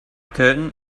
curtain